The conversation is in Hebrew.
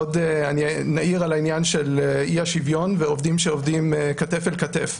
עוד נעיר על העניין של אי השוויון ועובדים שעובדים כתף אל כתף.